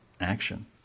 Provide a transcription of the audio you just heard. action